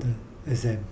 the exam